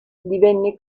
divenne